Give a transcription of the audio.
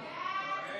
ההצעה